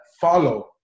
follow